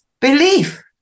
belief